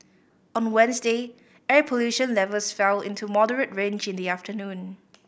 on Wednesday air pollution levels fell into moderate range in the afternoon